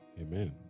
Amen